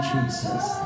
Jesus